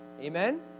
Amen